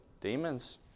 demons